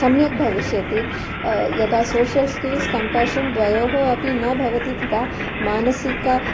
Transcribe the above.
सम्यक् भविष्यति यदा सोशल् स्किल्स् कम्पाशन् द्वयोः अपि न भवति तदा मानसिकम्